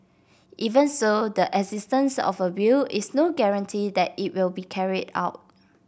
even so the existence of a will is no guarantee that it will be carried out